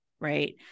right